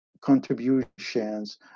contributions